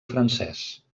francès